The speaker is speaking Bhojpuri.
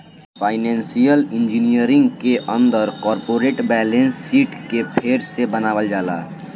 फाइनेंशियल इंजीनियरिंग के अंदर कॉरपोरेट बैलेंस शीट के फेर से बनावल जाला